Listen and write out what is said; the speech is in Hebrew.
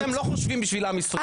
אתם לא חושבים בשביל עם ישראל,